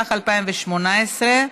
התשע"ח 2018,